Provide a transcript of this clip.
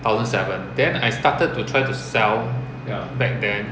thousand seven then I started to try to sell back then